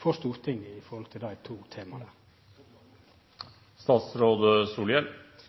for Stortinget med omsyn til dei to